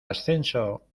ascenso